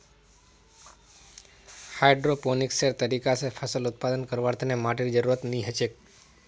हाइड्रोपोनिक्सेर तरीका स फसल उत्पादन करवार तने माटीर जरुरत नी हछेक